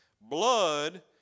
blood